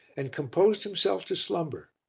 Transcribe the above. and composed himself to slumber.